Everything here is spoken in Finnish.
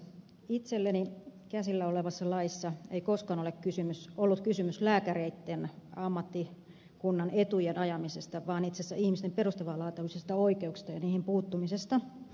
itselleni käsillä olevassa laissa ei koskaan ole ollut kysymys lääkäreitten ammattikunnan etujen ajamisesta vaan itse asiassa ihmisten perustavanlaatuisista oikeuksista ja niihin puuttumisesta